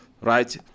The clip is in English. Right